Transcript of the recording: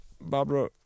Barbara